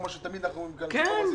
כמו שתמיד אנחנו -- כן,